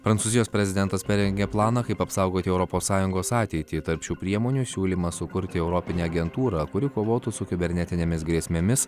prancūzijos prezidentas parengė planą kaip apsaugoti europos sąjungos ateitį tarp šių priemonių siūlymą sukurti europinę agentūrą kuri kovotų su kibernetinėmis grėsmėmis